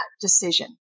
decision